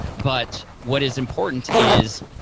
but what is important is,